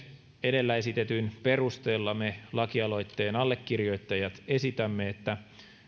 edellä esitetyn perusteella me lakialoitteen allekirjoittajat esitämme että